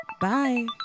Bye